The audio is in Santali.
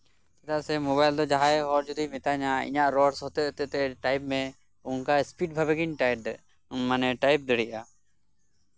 ᱪᱮᱫᱟᱜ ᱥᱮ ᱢᱳᱵᱟᱭᱤᱞ ᱛᱮᱫᱚ ᱡᱟᱦᱟᱸᱭ ᱦᱚᱲ ᱡᱩᱫᱤᱭ ᱢᱮᱛᱟᱧᱟ ᱤᱧᱟ ᱜ ᱨᱚᱲ ᱥᱟᱶᱛᱮᱼᱥᱟᱶᱛᱮ ᱴᱟᱭᱤᱯ ᱢᱮ ᱚᱱᱠᱟ ᱤᱥᱯᱤᱴ ᱵᱷᱟᱵ ᱜᱤᱧ ᱴᱟᱭᱤᱯ ᱫᱟᱲᱮᱭᱟᱜᱼᱟ ᱢᱟᱱᱮ ᱴᱟᱭᱤᱯ ᱫᱟᱲᱮᱭᱟᱜᱼᱟ